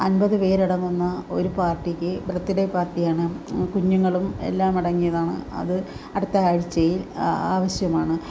അൻപത് പേര് അടങ്ങുന്ന ഒരു പാർട്ടിക്ക് ബർത്ത്ഡേ പാർട്ടിയാണ് കുഞ്ഞുങ്ങളും എല്ലാം അടങ്ങിയതാണ് അത് അടുത്ത ആഴ്ചയിൽ ആവശ്യമാണ്